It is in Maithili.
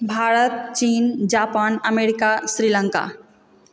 भारत चीन जापान अमेरिका श्रीलङ्का